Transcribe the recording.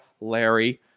Larry